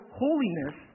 holiness